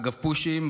אגב פושים,